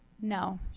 No